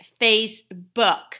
Facebook